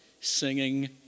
singing